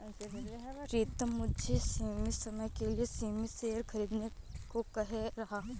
प्रितम मुझे सीमित समय के लिए सीमित शेयर खरीदने को कह रहा हैं